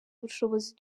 bushobozi